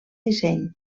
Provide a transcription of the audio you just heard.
disseny